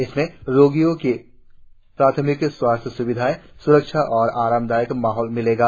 इसमें रोगियों को प्राथमिक स्वास्थ्य स्विधाएं स्रक्षा और आरामदायक माहौल मिलेगा